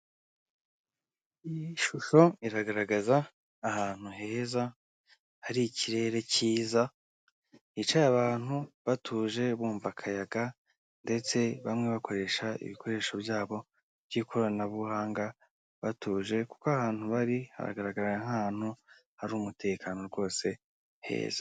Iyi shusho iragaragaza ahantu heza, hari ikirere cyiza. Hicaye abantu batuje bumva akayaga ndetse bamwe bakoresha ibikoresho byabo by'ikoranabuhanga batuje, kuko aha hantu bari hagaraga nk'ahantu hari umutekano rwose heza.